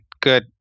Good